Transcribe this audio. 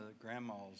grandma's